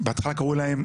בהתחלה קראו להם